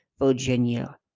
Virginia